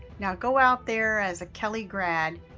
now go out there as a kelley grad,